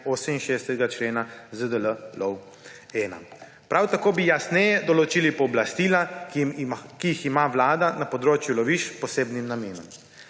člena in 68. člena ZDLov-1. Prav tako bi jasneje določili pooblastila, ki jih ima vlada na področju lovišč s posebnim namenom.